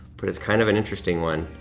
but it's kind of an interesting one.